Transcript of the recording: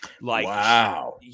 Wow